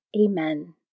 Amen